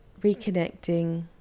reconnecting